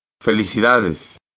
Felicidades